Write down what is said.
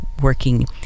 working